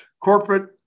corporate